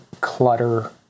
clutter